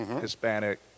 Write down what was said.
Hispanic